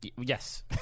Yes